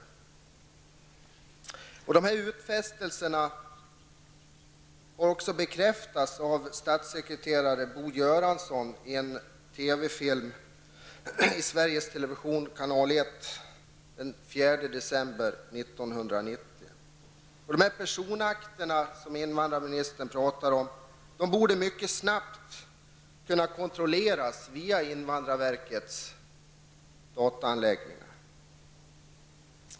Dessa utfästelser bekräftades av statssekreterare Bo Göransson i en december 1990. De personakter som invandrarministern talar om borde mycket snabbt kunna kontrolleras via invandrarverkets dataanläggning.